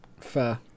Fair